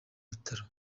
bitaro